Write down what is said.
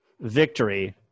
victory